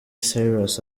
cyrus